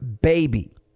baby